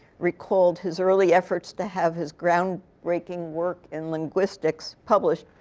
recalled his early efforts to have his ground breaking work in linguistics published,